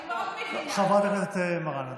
חברת הכנסת מראענה,